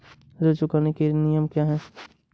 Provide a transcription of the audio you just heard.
ऋण चुकाने के नियम क्या हैं?